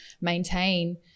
maintain